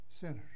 sinners